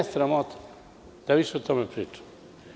Sramota je da više o tome pričamo.